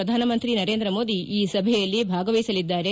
ಪ್ರಧಾನಮಂತ್ರಿ ನರೇಂದ್ರ ಮೋದಿ ಈ ಸಭೆಯಲ್ಲಿ ಭಾಗವಹಿಸಲಿದ್ದಾರೆ